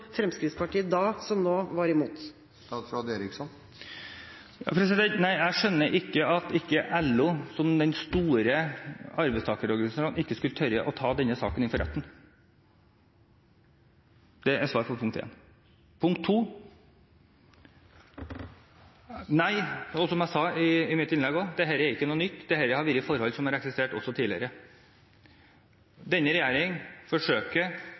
Fremskrittspartiet da, som nå, var imot. Nei, jeg skjønner ikke at LO, som den store arbeidstakerorganisasjonen, ikke skulle tørre å ta denne saken inn for retten. Det er svaret på punkt 1. Punkt 2: Nei, og som jeg sa i mitt innlegg – dette er ikke noe nytt, dette har vært forhold som har eksistert også tidligere. Denne regjeringen forsøker